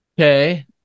Okay